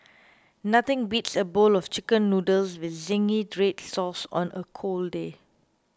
nothing beats a bowl of Chicken Noodles with Zingy Red Sauce on a cold day